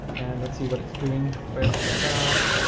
and let's see what it's doing right off the bat.